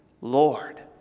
Lord